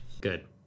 Good